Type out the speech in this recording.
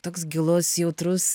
toks gilus jautrus